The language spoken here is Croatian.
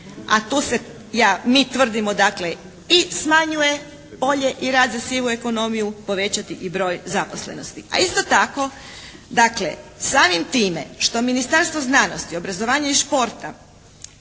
a tu se ja, mi tvrdimo dakle i smanjuje polje i rad za sivu ekonomiju povećati i broj zaposlenosti. A isto tako dakle samim time što Ministarstvo znanosti, obrazovanja i športa